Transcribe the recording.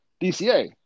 DCA